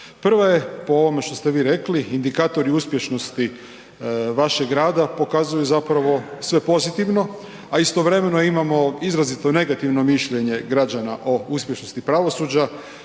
Prva je po ovome što ste vi rekli, indikatori uspješnosti vašeg rada pokazuju zapravo sve pozitivno, a istovremeno imao izrazito negativno mišljenje građana o uspješnosti pravosuđa,